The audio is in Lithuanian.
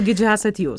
gidžių esat jūs